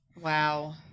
Wow